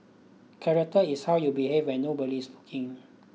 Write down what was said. character is how you behave when nobody is looking